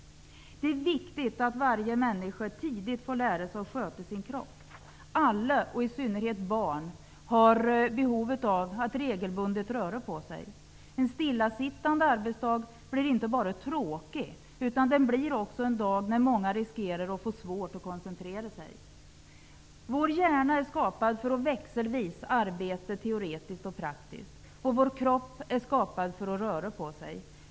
Det är viktigt att varje människa tidigt får lära sig att sköta sin kropp. Alla -- och i synnerhet barn -- har behov av att regelbundet röra på sig. En stillasittande arbetsdag blir inte bara en tråkig dag utan också en dag när många riskerar att få svårt att koncentrera sig. Vår hjärna är skapad för att växelvis arbeta teoretiskt och praktiskt, och vår kropp är skapad för att röra på sig.